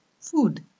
food